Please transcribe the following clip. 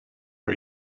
are